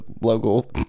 local